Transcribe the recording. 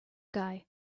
guy